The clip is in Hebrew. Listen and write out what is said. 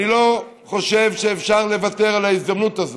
אני לא חושב שאפשר לוותר על ההזדמנות הזאת,